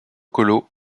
colo